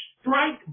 strike